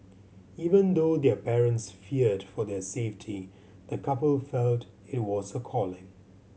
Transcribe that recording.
even though their parents feared for their safety the couple felt it was a calling